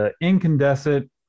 incandescent